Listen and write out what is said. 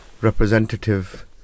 representative